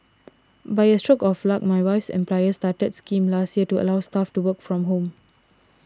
by a stroke of luck my wife's employer started a scheme last year to allow staff to work from home